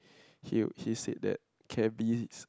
he he said that can be